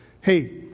hey